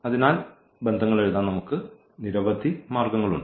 അതിനാൽ ഈ ബന്ധങ്ങൾ എഴുതാൻ നമുക്ക് നിരവധി മാർഗങ്ങളുണ്ട്